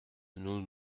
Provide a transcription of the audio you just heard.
nous